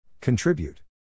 Contribute